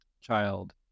child